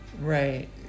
right